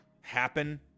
happen